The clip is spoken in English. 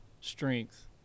strength